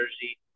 Jersey